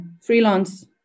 freelance